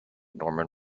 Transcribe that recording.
norman